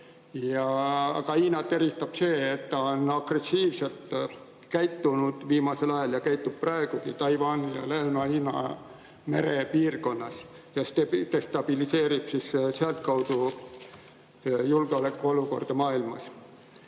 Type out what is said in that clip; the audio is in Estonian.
Hiinat eristab see, et ta on agressiivselt käitunud viimasel ajal ja käitub praegugi Taiwani ja Lõuna-Hiina mere piirkonnas ja destabiliseerib siis sealtkaudu julgeolekuolukorda maailmas.